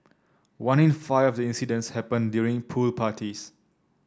one in five of the incidents happened during pool parties